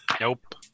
Nope